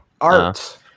Art